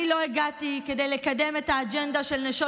אני לא הגעתי כדי לקדם את האג'נדה של נשות